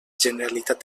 generalitat